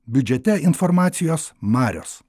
biudžete informacijos marios